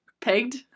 Pegged